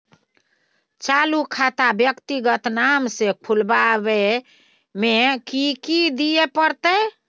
चालू खाता व्यक्तिगत नाम से खुलवाबै में कि की दिये परतै?